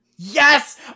Yes